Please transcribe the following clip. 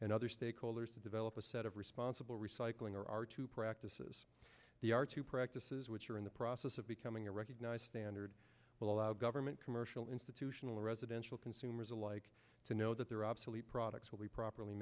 and other stakeholders to develop a set of responsible recycling or are two practices the are two practices which are in the process of becoming a recognized standard will allow government commercial institutional residential consumers alike to know that their obsolete products will be properly